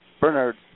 Bernard